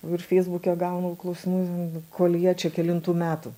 ir feisbuke gaunu klausimų kolje čia kelintų metų